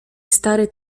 stary